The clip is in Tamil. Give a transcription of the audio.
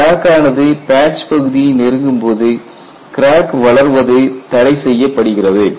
கிராக் ஆனது பேட்ச் பகுதியை நெருங்கும் போது கிராக் வளர்வது தடை செய்யப்படுகிறது